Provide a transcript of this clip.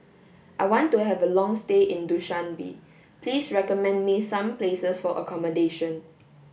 I want to have a long stay in Dushanbe please recommend me some places for accommodation